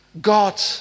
God